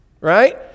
right